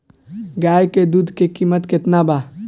गाय के दूध के कीमत केतना बा?